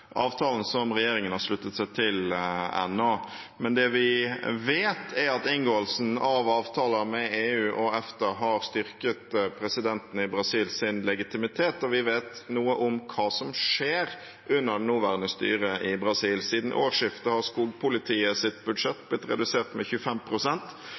avtalen som regjeringen har sluttet seg til. Men det vi vet, er at inngåelsen av avtaler med EU og EFTA har styrket presidenten i Brasils legitimitet, og vi vet noe om hva som skjer under det nåværende styret i Brasil. Siden årsskiftet har